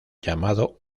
llamado